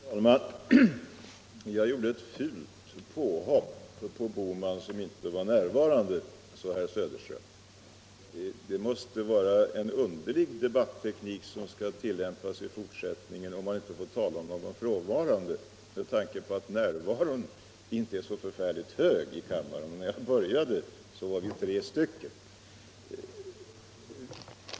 Fru talman! Jag gjorde ett fult påhopp på herr Bohman, som inte var närvarande, sade herr Söderström. Det måste vara en underlig debattteknik som skall tillämpas i fortsättningen, om man inte får tala om de frånvarande, med tanke på att närvaron inte är så förfärligt hög i kammaren. När jag började mitt anförande var vi tre stycken.